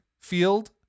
field